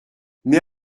mais